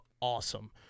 awesome